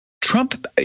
Trump